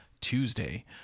Tuesday